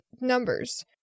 Numbers